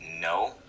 no